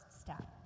step